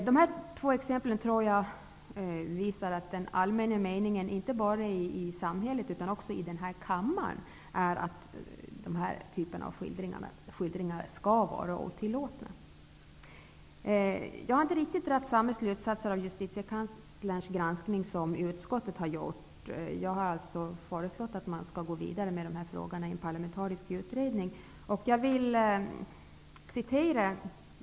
Dessa två exempel visar att den allmänna meningen inte bara i samhället utan också här i kammaren är att dessa typer av skildringar skall vara otillåtna. Jag har inte riktigt kommit fram till samma slutsatser av justitiekanslerns granskning som utskottet har gjort. Jag har alltså föreslagit att man skall gå vidare med frågorna i en parlamentarisk utredning.